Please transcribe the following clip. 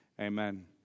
Amen